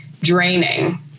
draining